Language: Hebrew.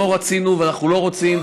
לא רצינו ואנחנו לא רוצים,